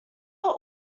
are